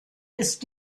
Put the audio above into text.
ist